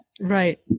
Right